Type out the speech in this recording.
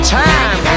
time